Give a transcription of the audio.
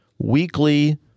weekly